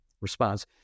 response